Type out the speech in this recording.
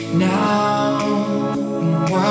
Now